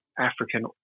African